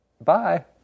bye